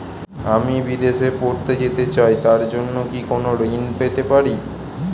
আমি বিদেশে পড়তে যেতে চাই তার জন্য কি কোন ঋণ পেতে পারি?